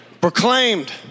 Proclaimed